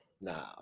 no